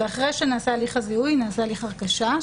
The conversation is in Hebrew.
ואחרי שנעשה הליך הזיהוי נעשה הליך הרכשה.